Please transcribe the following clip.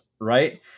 right